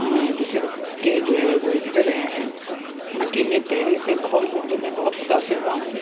جو صدق کے جو ہے وہ ایڈیٹر رہے ہیں ان کی میں تحریر سے بہت اردو میں بہت متأثر ہوا ہوں